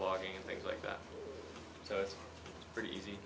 logging things like that so it's pretty easy